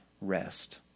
rest